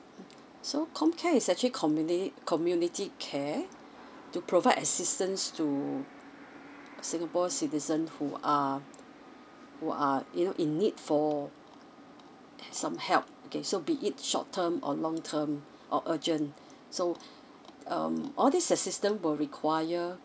so comcare is actually communi~ community care to provide assistance to singapore citizen who are who are you know in need for some help okay so be it short term or long term or urgent so um all this assistant will require